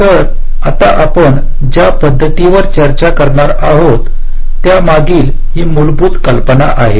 तर आता आपण ज्या पद्धतींवर चर्चा करणार आहोत त्यामागील ही मूलभूत कल्पना आहे